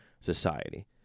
society